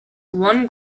one